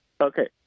Okay